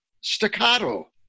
staccato